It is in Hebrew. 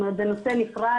זה נושא נפרד,